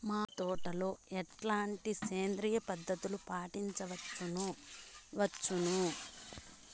మామిడి తోటలో ఎట్లాంటి సేంద్రియ పద్ధతులు పాటించవచ్చును వచ్చును?